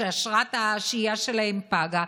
שאשרת השהייה שלהם פגה,